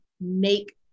make